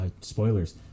spoilers